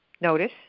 Notice